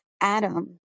Adam